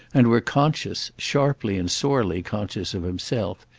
and were conscious, sharply and sorely conscious, of himself,